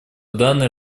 данный